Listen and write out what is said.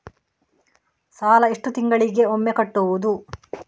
ಸಾಲ ಎಷ್ಟು ತಿಂಗಳಿಗೆ ಒಮ್ಮೆ ಕಟ್ಟುವುದು?